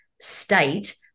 state